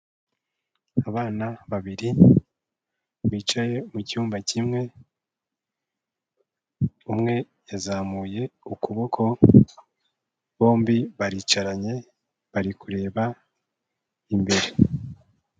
Abana babiri bicaye mu cyumba kimwe, umwe yazamuye ukuboko, bombi baricaranye bari kureba imbere.